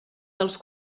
dels